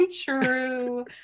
true